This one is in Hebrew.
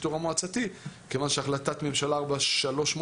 אז יש לנו פה כמות נכבדת.